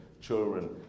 Children